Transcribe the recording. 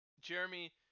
Jeremy